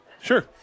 Sure